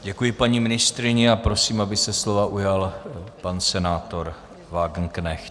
Děkuji paní ministryni a prosím, aby se slova ujal pan senátor Wagenknecht.